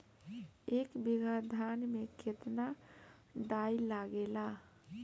एक बीगहा धान में केतना डाई लागेला?